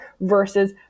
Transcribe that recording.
versus